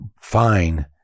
fine